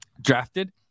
drafted